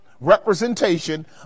representation